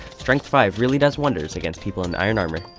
strength five really does wonders against people in iron armor.